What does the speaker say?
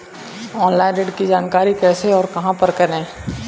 Online ऋण की जानकारी कैसे और कहां पर करें?